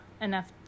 enough